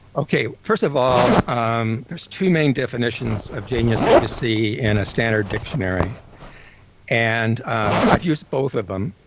okay, first of all, um there's two main definitions of genius that you see in a standard dictionary and i use both of um